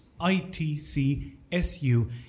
ITCSU